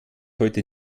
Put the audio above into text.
heute